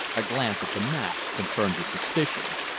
a glance at the map confirmed his suspicions.